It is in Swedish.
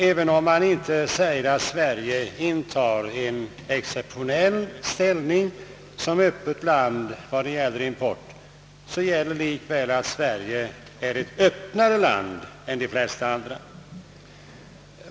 även om man inte vill säga att Sverige intar en exceptionell ställning som öppet land vad gäller import, så är Sverige likväl ett mera öppet land än de flesta andra.